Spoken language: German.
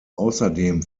außerdem